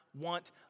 want